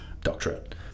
doctorate